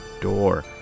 door